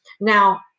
Now